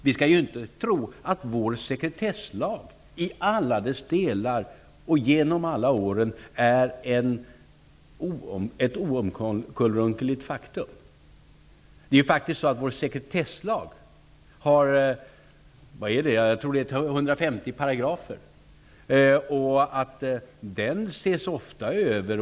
Vi skall inte tro att vår sekretesslag i alla dess delar och genom alla åren har varit och är ett oomkullrunkeligt faktum. Jag tror att vår sekretesslag har 150 paragrafer. Den ses ofta över.